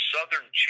Southern